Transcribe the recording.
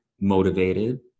motivated